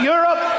Europe